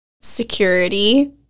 Security